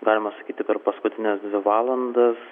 galima sakyti per paskutines dvi valandas